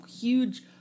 huge